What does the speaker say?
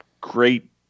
great